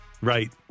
Right